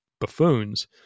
buffoons